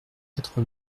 quatre